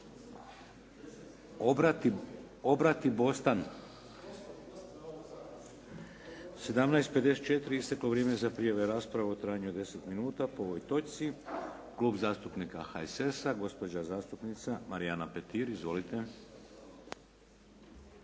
Hvala. 17,54 isteklo vrijeme za pravu rasprave od deset minuta po ovoj točci. Klub zastupnika HSS-a gospođa zastupnica Marijana Petir. Izvolite.